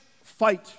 fight